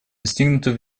достигнутый